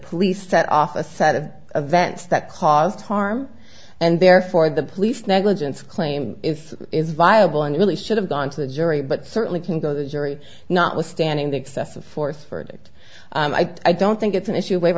police set off a set of events that caused harm and therefore the police negligence claim if it's viable and really should have gone to the jury but certainly can go the jury notwithstanding the excessive force for it i don't think it's an issue where